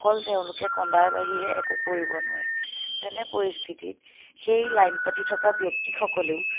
অকল তেওঁলোকে কন্দাৰ বাহিৰে একো কৰিব নোৱাৰে তেনে পৰিস্থিতিত সেই লাইন পাতি থকা ব্যক্তিসকলেও